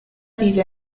vive